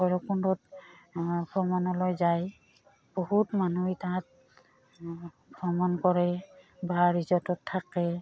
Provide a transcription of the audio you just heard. ভৈৰৱকুণ্ডত ভ্ৰমণলৈ যায় বহুত মানুহেই তাত ভ্ৰমণ কৰে বা ৰিজৰ্টত থাকে